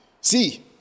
See